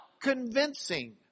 convincing